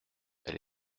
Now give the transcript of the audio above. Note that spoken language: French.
elle